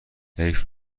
حیف